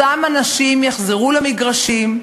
אותם אנשים יחזרו למגרשים,